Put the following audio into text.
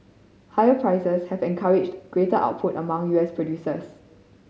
higher prices have encouraged greater output among U S producers